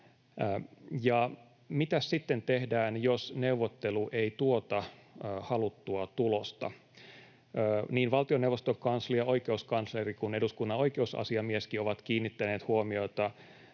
Mitäs sitten tehdään, jos neuvottelu ei tuota haluttua tulosta? Niin valtioneuvoston kanslia, oikeuskansleri kuin eduskunnan oikeusasiamieskin ovat kiinnittäneet huomiota